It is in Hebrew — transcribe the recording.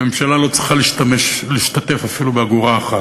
הממשלה לא צריכה להשתתף אפילו באגורה אחת.